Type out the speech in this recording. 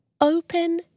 Open